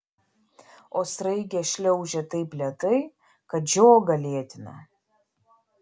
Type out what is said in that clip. o sraigė šliaužia taip lėtai kad žiogą lėtina